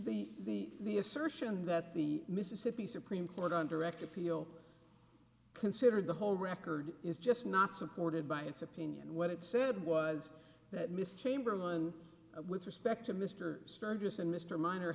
the the assertion that the mississippi supreme court on direct appeal considered the whole record is just not supported by its opinion what it said was that mr chamberlain with respect to mr sturgis and mr minor